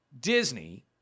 Disney